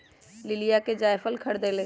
लिलीया ने जायफल खरीद लय